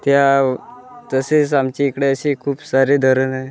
त्या तसेच आमच्या इकडे असे खूप सारे धरण आहे